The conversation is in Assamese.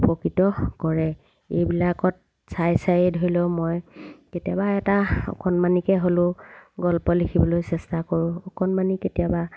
উপকৃত কৰে এইবিলাকত চাই চায়ে ধৰি লওঁক মই কেতিয়াবা এটা অকণমানিকৈ হ'লেও গল্প লিখিবলৈ চেষ্টা কৰোঁ অকণমানি কেতিয়াবা